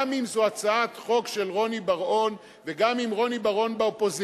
גם אם זו הצעת חוק של רוני בר-און וגם אם רוני בר-און באופוזיציה,